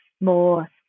more